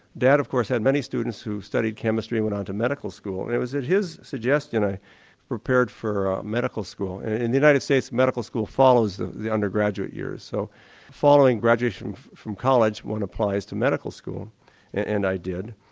dad of course had many students who studied chemistry and went on to medical school and it was at his suggestion that i prepared for medical school. and in the united states medical school follows the the undergraduate years. so following graduation from college one applies to medical school and i did.